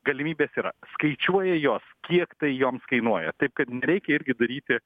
galimybės yra skaičiuoja jos kiek tai joms kainuoja taip kad reikia irgi daryti